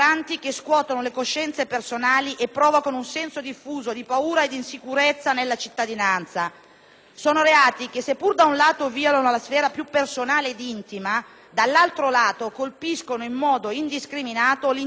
di reati che, se pure da un lato violano la sfera più personale ed intima, dall'altro lato colpiscono in modo indiscriminato l'intera comunità cittadina, provocando sdegno e un sentimento diffuso di ingiustizia.